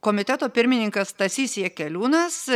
komiteto pirmininkas stasys jakeliūnas